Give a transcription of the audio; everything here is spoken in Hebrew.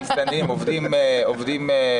אין,